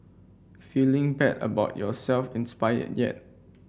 feeling bad about yourself inspired yet